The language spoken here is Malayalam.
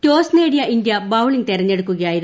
ടോസ് നേടിയ ഇന്തൃ ബൌളിംഗ് തിരഞ്ഞെടുക്കുകയായിരുന്നു